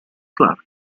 clark